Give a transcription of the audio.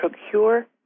procure